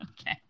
Okay